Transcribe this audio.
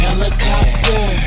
Helicopter